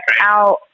out